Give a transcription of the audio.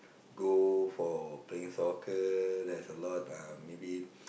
go for playing soccer there's a lot uh maybe